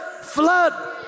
flood